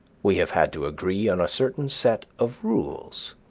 we have had to agree on a certain set of rules,